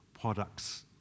products